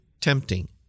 tempting